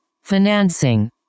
Financing